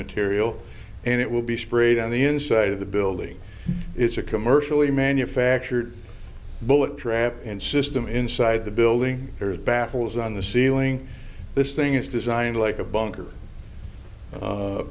material and it will be sprayed on the inside of the building it's a commercially manufactured bullet trap and system inside the building has baffles on the ceiling this thing is designed like a bunker